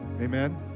Amen